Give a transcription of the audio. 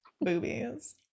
boobies